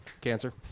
Cancer